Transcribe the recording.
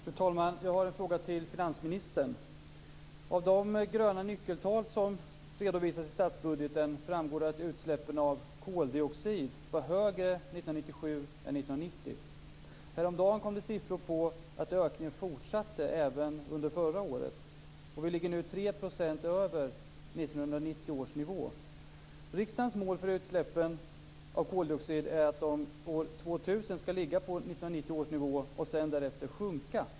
Fru talman! Jag har en fråga till finansministern. Av de gröna nyckeltal som redovisas i statsbudgeten framgår att utsläppen av koldioxid var högre 1997 än 1990. Häromdagen kom det siffror på att ökningen fortsatte även under förra året, och vi ligger nu 3 % över 1990 års nivå. Riksdagens mål för utsläppen av koldioxid är att de år 2000 ska ligga på 1990 års nivå och sedan sjunka.